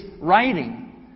writing